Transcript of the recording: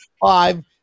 five